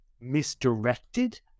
misdirected